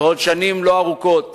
בעוד שנים לא ארוכות